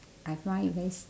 I find it very s~